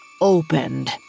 opened